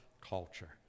culture